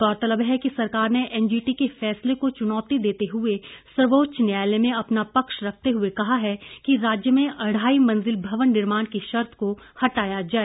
गौरतलब है कि सरकार ने एनजीटी के फैसले को चुनौती देते हुए सर्वोच्च न्यायालय में अपना पक्ष रखते हुए कहा है कि राज्य में अढ़ाई मंजिल भवन निर्माण की शर्त को हटाया जाए